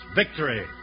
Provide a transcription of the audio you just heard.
victory